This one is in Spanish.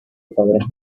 padres